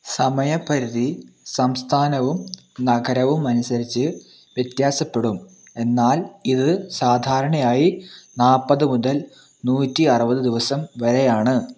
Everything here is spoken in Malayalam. സമയപരിധി സംസ്ഥാനവും നഗരവും അനുസരിച്ച് വ്യത്യാസപ്പെടും എന്നാൽ ഇത് സാധാരണയായി നാൽപ്പത് മുതൽ നൂറ്റി അറുപത് ദിവസം വരെയാണ്